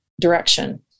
direction